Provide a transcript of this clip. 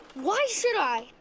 why should i?